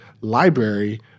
library